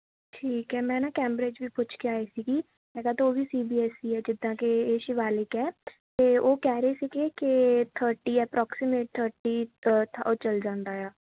ਠੀਕ ਹੈ ਮੈਂ ਨਾ ਕੈਮਬ੍ਰੇਜ ਵੀ ਪੁੱਛ ਕੇ ਆਈ ਸੀਗੀ ਹੈਗਾ ਤਾਂ ਉਹ ਵੀ ਸੀ ਬੀ ਐੱਸ ਸੀ ਹੈ ਜਿੱਦਾਂ ਕਿ ਇਹ ਸ਼ਿਵਾਲਿਕ ਹੈ ਅਤੇ ਉਹ ਕਹਿ ਰਹੇ ਸੀਗੇ ਕਿ ਥਰਟੀ ਅਪ੍ਰੋਕਸੀਮੇਟ ਥਰਟੀ ਤ ਚਲ ਜਾਂਦਾ ਆ